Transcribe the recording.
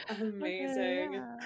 Amazing